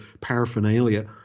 paraphernalia